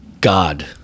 God